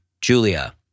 Julia